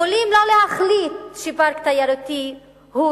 יכולים לא להחליט שפארק תיירותי הוא